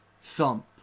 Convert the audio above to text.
thump